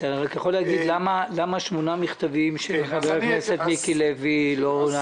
אתה רק יכול להגיד למה שמונה מכתבים של חבר הכנסת מיקי לוי לא נענו?